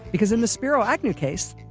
because in the spiro agnew case,